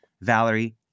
Valerie